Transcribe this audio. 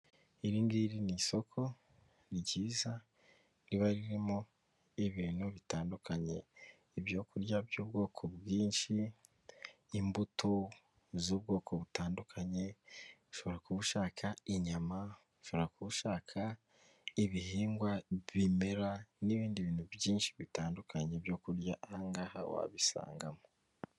Iringiri ni isoko, ni ryiza, riba ririmo ibintu bitandukanye, ibyo kurya by'ubwoko bwinshi, imbuto z'ubwoko butandukanye, ushobora kuba ushaka inyama, ushobora kuba ushaka ibihingwa bimera, n'ibindi bintu byinshi bitandukanye byo kurya, anhangahangaha wabisangamo.